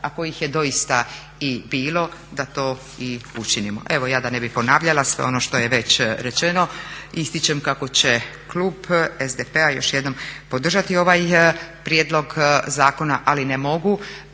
kojih je doista i bilo da to i učinimo. Evo ja da ne bih ponavljala, sve ono što je već rečeno ističem kako će klub SDP-a još jednom podržati ovaj prijedlog zakona ali ne mogu